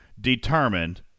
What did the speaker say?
determined